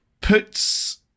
puts